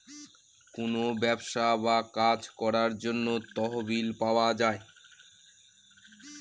কোনো ব্যবসা বা কাজ করার জন্য তহবিল পাওয়া যায়